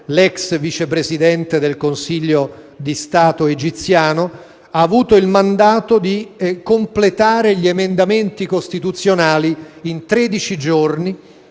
(l'ex Vice Presidente del Consiglio di Stato egiziano) ha ricevuto il mandato di completare gli emendamenti costituzionali in 13 giorni